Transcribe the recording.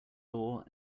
door